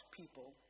people